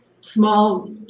small